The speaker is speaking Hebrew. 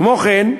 כמו כן,